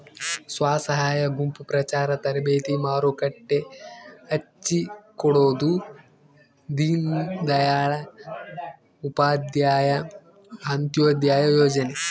ಸ್ವಸಹಾಯ ಗುಂಪು ಪ್ರಚಾರ ತರಬೇತಿ ಮಾರುಕಟ್ಟೆ ಹಚ್ಛಿಕೊಡೊದು ದೀನ್ ದಯಾಳ್ ಉಪಾಧ್ಯಾಯ ಅಂತ್ಯೋದಯ ಯೋಜನೆ